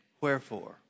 Wherefore